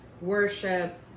worship